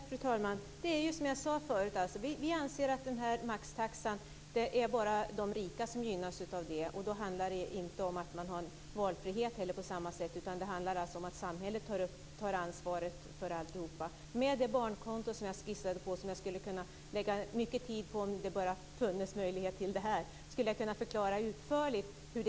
Fru talman! Det är som jag sade förut. Vi anser att enbart de rika gynnas av maxtaxan. Man har inte heller en valfrihet på samma sätt, utan samhället tar ansvar för alltihop. Med det barnkonto som jag skissade på skulle det verkligen skapas valfrihet för föräldrar som har barn i åldern 1-6 år.